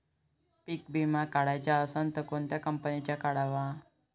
पीक विमा काढाचा असन त कोनत्या कंपनीचा काढाव?